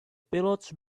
pilots